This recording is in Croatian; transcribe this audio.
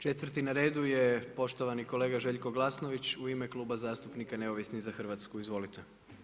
4. na redu je poštovani kolega Željko Glasnović, u ime Kluba zastupnika Neovisni za Hrvatsku, izvolite.